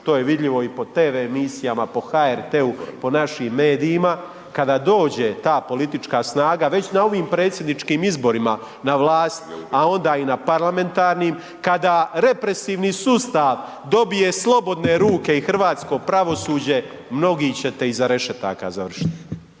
to je vidljivo i po tv emisijama, po HRT-u, po našim medijima, kada dođe ta politička snaga već na ovim predsjedničkim izborima na vlast, a onda i na parlamentarnim, kada represivni sustav dobije slobodne ruke i hrvatsko pravosuđe mnogi čete iza rešetaka završiti,